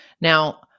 Now